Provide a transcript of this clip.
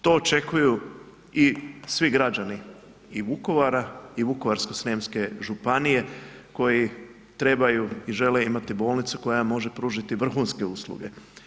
To očekuju i svi građani i Vukovara i Vukovarsko-srijemske županije koji trebaju i žele imati bolnicu koja može pružiti vrhunske usluge.